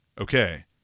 okay